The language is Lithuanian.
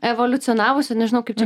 evoliucionavusi nežinau kaip čia